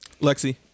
Lexi